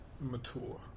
mature